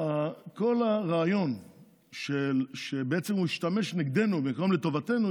כל הרעיון שבעצם הוא השתמש נגדנו במקום לטובתנו,